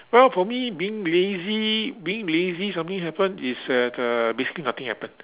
well for me being lazy being lazy something happen is uh that uh basically nothing happen